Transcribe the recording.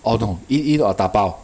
orh no eat in or tapao